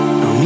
no